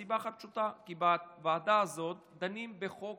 מסיבה אחת פשוטה: כי בוועדה הזאת דנים בחוק